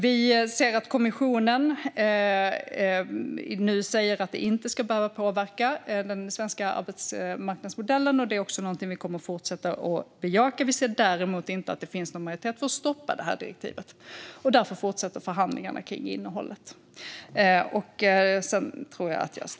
Vi ser att kommissionen nu säger att det inte ska behöva påverka den svenska arbetsmarknadsmodellen, och det är något som vi kommer att fortsätta att bejaka. Vi ser däremot inte att det finns majoritet för att stoppa direktivet, och därför fortsätter förhandlingarna om innehållet.